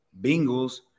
Bengals